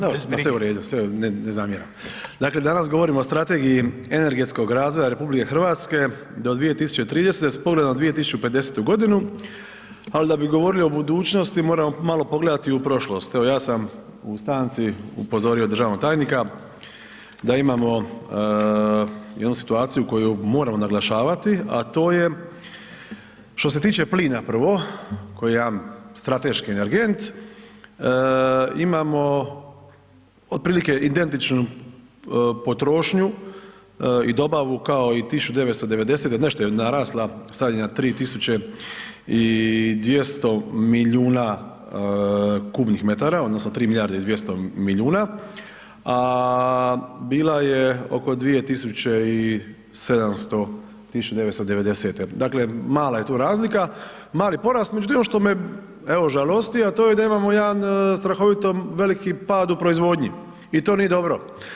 Dobro, ma sve u redu, sve, ne zamjeram, dakle danas govorimo o strategiji energetskog razvoja RH do 2030. s pogledom na 2050.g., al da bi govorili o budućnosti moramo malo pogledati i u prošlost, evo ja sam u stanci upozorio državnog tajnika da imamo jednu situaciju koju moramo naglašavati, a to je što se tiče plina prvo koji je jedan strateški energent, imamo otprilike identičnu potrošnju i dobavu kao i 1990., nešto je narasla, sad je na 3 tisuće i 200 milijuna m3 odnosno 3 milijarde i 200 milijuna, a bila je oko 2700 1990., dakle mala je tu razlika, mali porast, međutim ono što me evo žalosti a to je da imamo jedan strahovito veliki pad u proizvodnji i to nije dobro.